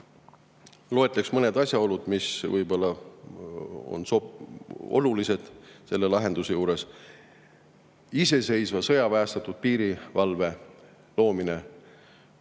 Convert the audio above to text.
Loetlen mõned asjaolud, mis võib-olla on olulised selle lahenduse juures. Iseseisva sõjaväestatud piirivalve loomine